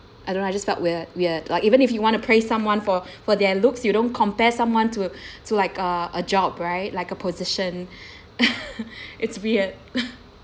I don't I just felt weird weird like even if you want to praise someone for for their looks you don't compare someone to a to like uh a job right like a position it's weird